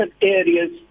areas